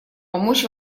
помочь